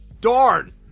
darn